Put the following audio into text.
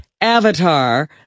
Avatar